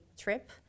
trip